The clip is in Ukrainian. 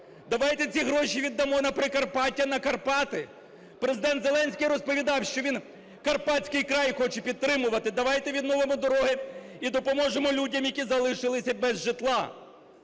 Давайте ці гроші віддамо на Прикарпаття, на Карпати. Президент Зеленський розповідав, що він карпатський край хоче підтримувати, давайте відновимо дороги і допоможемо людям, які залишилися без житла.